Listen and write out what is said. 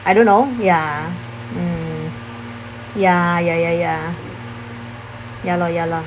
I don't know ya mm ya ya ya ya ya lor ya lor